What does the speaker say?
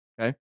okay